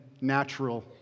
natural